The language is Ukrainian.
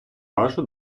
вашу